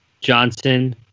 Johnson